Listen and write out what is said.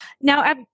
Now